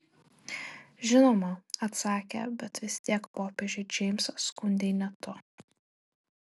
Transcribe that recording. žinoma atsakė bet vis tiek popiežiui džeimsą skundei ne tu